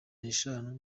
neshatu